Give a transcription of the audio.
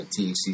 THC